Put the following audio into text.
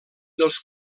dels